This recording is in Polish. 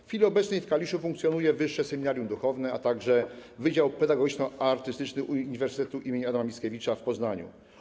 W chwili obecnej w Kaliszu funkcjonuje Wyższe Seminarium Duchowne, a także Wydział Pedagogiczno-Artystyczny Uniwersytetu im. Adama Mickiewicza w Poznaniu.